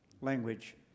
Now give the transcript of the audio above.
language